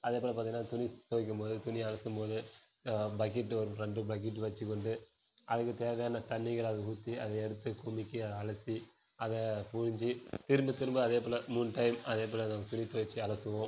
அதே போல் பார்த்தீங்கன்னா துணி ஸ் துவைக்கும்போது துணியை அலசும் போது பக்கெட்டு ஒரு ரெண்டு பக்கெட்டு வெச்சுக்கொண்டு அதுக்குத் தேவையான தண்ணிகளை அதில் ஊற்றி அது எடுத்து குமுக்கி அதை அலசி அதை புழிஞ்சு திரும்பத் திரும்ப அதே போல் மூணு டயம் அதே போல் துணி துவச்சி அலசுவோம்